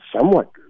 somewhat